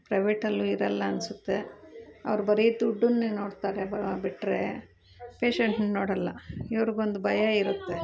ಪ್ರೈವೇಟಲ್ಲು ಇರಲ್ಲ ಅನಿಸುತ್ತೆ ಅವ್ರು ಬರೀ ದುಡ್ಡನ್ನೆ ನೋಡ್ತಾರೆ ಬ ಬಿಟ್ಟರೆ ಪೇಶೆಂಟ್ನು ನೋಡಲ್ಲ ಇವರು ಬಂದು ಭಯ ಇರುತ್ತೆ